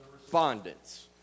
respondents